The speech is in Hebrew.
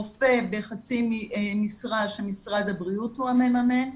רופא בחצי משרה שמשרד הבריאות הוא המממן,